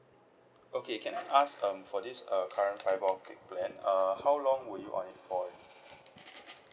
okay can I ask um for this uh current fibre optic plan uh how long were you on it for